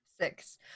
six